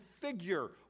figure